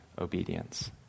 obedience